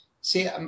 See